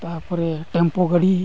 ᱛᱟᱨᱯᱚᱨᱮ ᱴᱮᱢᱯᱩ ᱜᱟᱹᱰᱤ